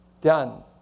done